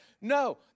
No